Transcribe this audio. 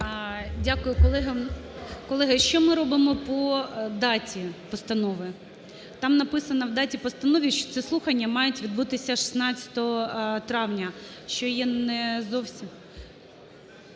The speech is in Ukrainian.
Дякую. Колеги, що ми робимо по даті постанови? Там написано в даті постанови, що ці слухання мають відбутися 16 травня, що є не зовсім…